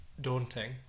daunting